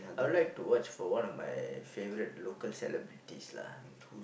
I would like to watch for one of my favourite local celebrities lah